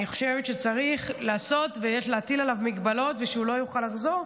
אני חושבת שצריך לעשות ויש להטיל עליו מגבלות ושהוא לא יוכל לחזור.